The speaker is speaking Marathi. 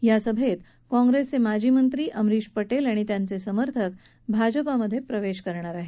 या सभेत काँग्रेसचे माजी मंत्री अमरिश पटेल आणि त्यांचे समर्थक भाजपमध्ये प्रवेश करणार आहेत